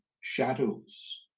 shadows